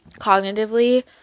cognitively